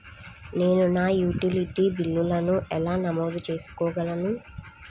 నేను నా యుటిలిటీ బిల్లులను ఎలా నమోదు చేసుకోగలను?